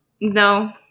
No